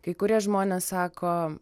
kai kurie žmonės sako